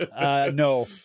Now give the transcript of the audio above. no